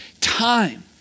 time